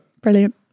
Brilliant